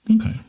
Okay